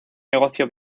negocio